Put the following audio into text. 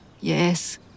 yes